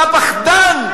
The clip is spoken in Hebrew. אתה פחדן.